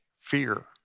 fear